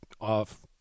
off